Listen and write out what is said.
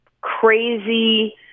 crazy